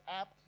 app